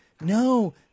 no